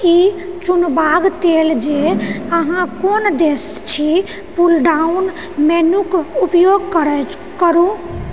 ई चुनबाक लेल जे अहाँ कोन देशसँ छी पुलडाउन मेन्यूक उपयोग करय करू